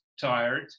tired